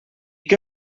què